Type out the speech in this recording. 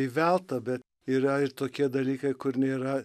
įvelta bet yra ir tokie dalykai kur nėra